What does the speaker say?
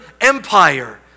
Empire